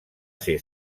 ser